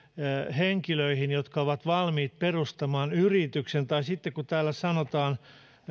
henkilöihin jotka ovat valmiit perustamaan yrityksen ja täällä sanotaan